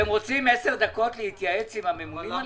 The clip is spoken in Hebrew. אתם רוצים 10 דקות להתייעץ עם הממונים עלכם?